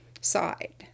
side